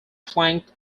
flanked